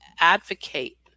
advocate